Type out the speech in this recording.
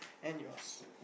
and yours